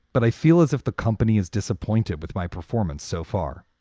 but i feel as if the company is disappointed with my performance so far.